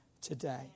today